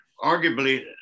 arguably